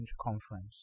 Conference